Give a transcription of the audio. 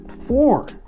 Four